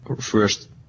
First